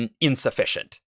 insufficient